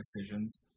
decisions